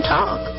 talk